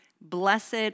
Blessed